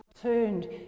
turned